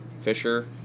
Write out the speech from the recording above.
Fisher